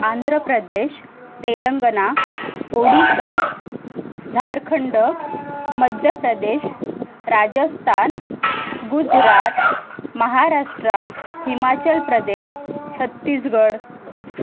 Andhra Pradesh Telangana Odisha Jharkhand Madhya Pradesh Rajasthan Gujarat Maharashtra Himachal Pradesh Chhattisgarh